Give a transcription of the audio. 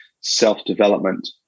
self-development